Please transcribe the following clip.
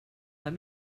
let